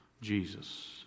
Jesus